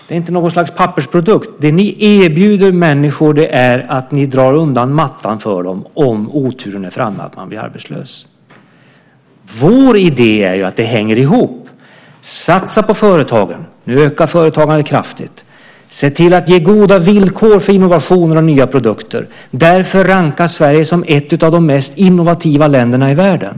Det är inte något slags pappersprodukt. Det ni erbjuder människor är att ni drar undan mattan för dem om oturen är framme att man blir arbetslös. Vår idé är att det hänger ihop. Vi satsar på företagen - nu ökar företagandet kraftigt - och ser till att ge goda villkor för innovationer och nya produkter. Därför rankas Sverige som ett av de mest innovativa länderna i världen.